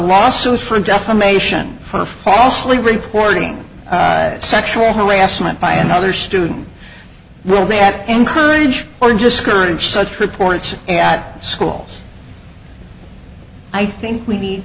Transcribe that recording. lawsuit for defamation for falsely reporting sexual harassment by another student will that encourage or discourage such reports and at schools i think we need